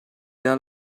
their